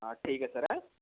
हाँ ठीक है सर